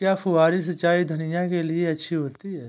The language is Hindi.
क्या फुहारी सिंचाई धनिया के लिए अच्छी होती है?